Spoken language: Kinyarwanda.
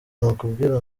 nakubwira